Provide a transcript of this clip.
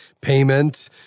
payment